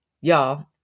y'all